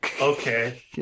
Okay